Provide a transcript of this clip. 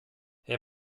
herr